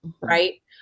right